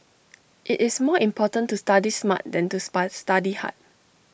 IT is more important to study smart than to spa study hard